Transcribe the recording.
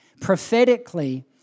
prophetically